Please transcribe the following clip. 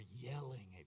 yelling